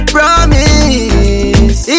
Promise